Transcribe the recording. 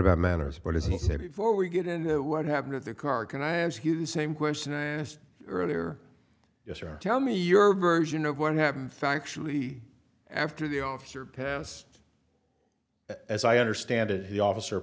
about manners but as he said before we get in the what happened to the car can i ask you the same question i asked earlier yes or tell me your version of what happened factually after the officer passed as i understand it the officer